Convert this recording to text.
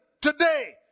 today